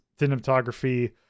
cinematography